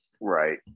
right